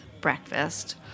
breakfast